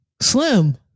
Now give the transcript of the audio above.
Slim